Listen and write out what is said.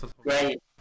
great